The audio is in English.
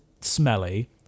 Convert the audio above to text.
smelly